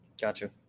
gotcha